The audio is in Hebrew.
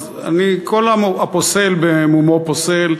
אז כל הפוסל במומו פוסל,